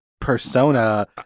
persona